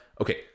okay